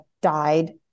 died